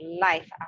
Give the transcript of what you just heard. life